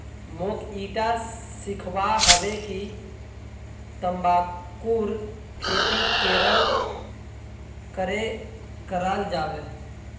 मोक ईटा सीखवा हबे कि तंबाकूर खेती केरन करें कराल जाबे